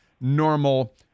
normal